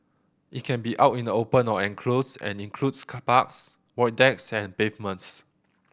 it can be out in the open or enclosed and includes parks void decks and pavements